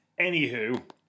anywho